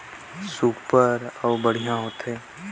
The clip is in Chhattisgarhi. कम्पोस्ट खाद कौन ल कहिथे अउ एखर से उपजाऊ कैसन होत हे?